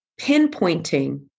pinpointing